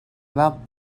about